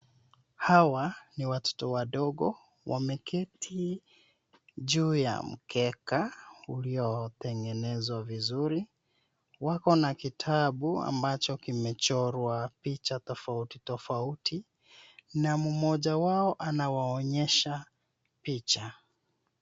Hawa ni watoto wadogo wameketi juu ya mkeka uliotengenezwa vizuri. Wako na kitabu ambacho kimechorwa picha tofautitofauti na mmoja wao anawaonyesha picha.